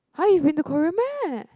!huh! you've been to Korea meh